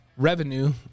Revenue